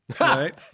right